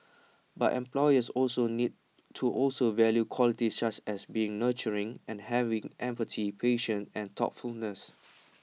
but employers also need to also value qualities such as being nurturing and having empathy patience and thoughtfulness